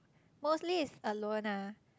mostly it's like alone lah